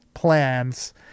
Plans